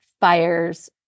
fires